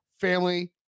family